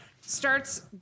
starts